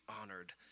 honored